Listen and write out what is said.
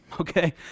Okay